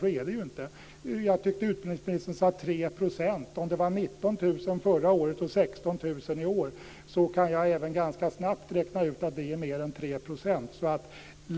Så är det inte. Jag tyckte att utbildningsministern sade 3 %. Om det var 19 000 sökande förra året och 16 000 i år kan jag ganska snabbt räkna ut att det är mer än 3 %.